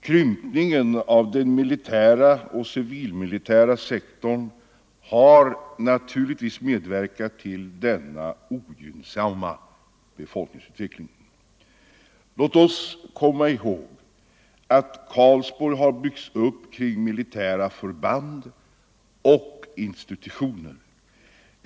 Krympningen av den militära och civilmilitära sektorn har naturligtvis medverkat till denna ogynnsamma befolkningsutveckling. Låt oss komma ihåg att Karlsborg har byggts upp kring militära förband och institutioner.